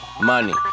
money